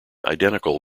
identical